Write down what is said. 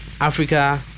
Africa